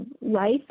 life